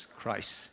Christ